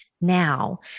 now